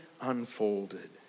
unfolded